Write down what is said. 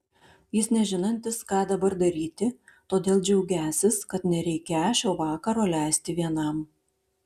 jis nežinantis ką dabar daryti todėl džiaugiąsis kad nereikią šio vakaro leisti vienam